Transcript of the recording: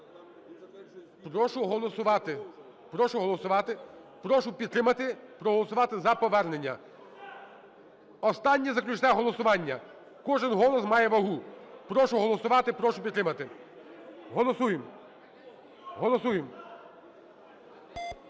Прошу голосувати, прошу підтримати, проголосувати за повернення. Останнє заключне голосування. Кожен голос має вагу. Прошу голосувати. Прошу підтримати. Голосуємо, голосуємо.